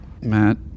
Matt